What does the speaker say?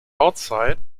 outside